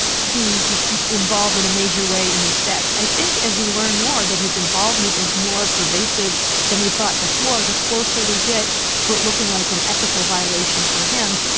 be involved in a major way in these facts. i think as we learn more that his involvement is more pervasive than we thought before, the closer we get to it looking like an ethical violation for him.